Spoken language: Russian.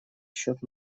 счет